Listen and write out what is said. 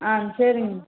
ஆ சரிங்க